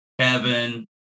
Kevin